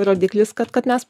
rodiklis kad kad mes